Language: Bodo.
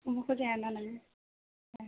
अमाखौ जाया ना नों